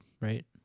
right